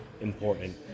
important